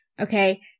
okay